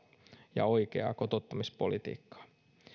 ja oikeaa kotouttamispolitiikkaa